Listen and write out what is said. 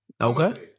Okay